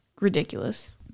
ridiculous